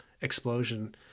explosion